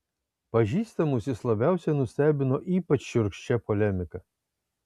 pažįstamus jis labiausiai nustebino ypač šiurkščia polemika